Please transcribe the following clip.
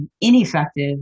ineffective